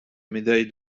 médaille